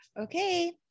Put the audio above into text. Okay